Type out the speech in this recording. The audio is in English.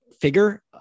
figure